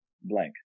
blank